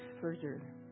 further